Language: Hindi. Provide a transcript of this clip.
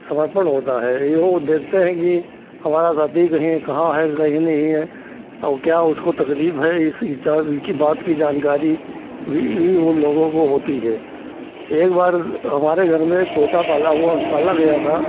समर्पण होता है यह वह देखते हैं कि हमारा साथी कही कहाँ है कहीं नहीं है और क्या उसको तकलीफ़ है इसी का इसी बात की जानकारी भी उन लोगों को होती है एक बार हमारे घर में एक तोता पाला हुआ पाला गया था